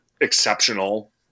exceptional